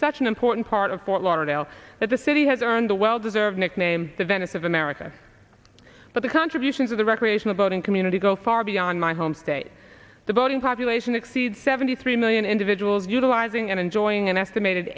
such an important part of fort lauderdale that the city has earned a well deserved nickname the venice of america but the contributions of the recreational boating community go far beyond my home state the voting relation exceed seventy three million individuals utilizing and enjoying an estimated